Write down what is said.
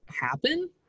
happen